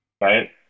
right